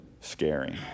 scary